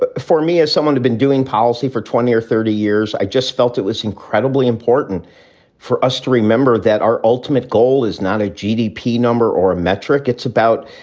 but for me, as someone who's been doing policy for twenty or thirty years, i just felt it was incredibly important for us to remember that our ultimate goal is not a gdp number or a metric. it's about,